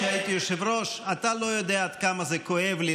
כשהייתי יושב-ראש: אתה לא יודע עד כמה זה כואב לי,